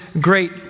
great